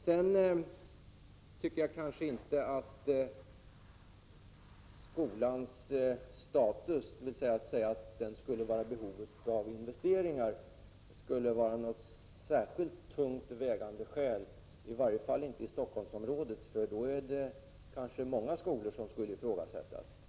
Sedan tycker jag inte att skolans status, dvs. att den skulle vara i behov av investeringar, är något särskilt tungt vägande skäl, i varje fall inte i Stockholmsområdet. I så fall är det kanske många skolor som skulle ifrågasättas.